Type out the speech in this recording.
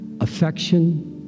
affection